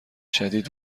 شدید